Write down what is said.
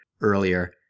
earlier